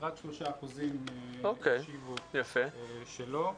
רק 3% השיבו שלא.